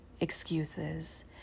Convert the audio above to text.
excuses